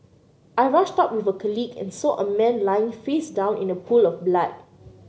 I rushed out with a colleague and saw a man lying face down in a pool of blood